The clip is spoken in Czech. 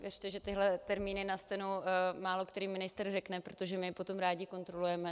Věřte, že tyhle termíny na steno málokterý ministr řekne, protože my je potom rádi kontrolujeme.